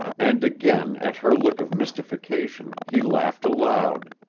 and again at her look of mystification he laughed aloud.